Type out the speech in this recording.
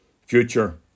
future